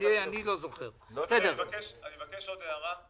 מבקש להעיר הערה.